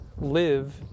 live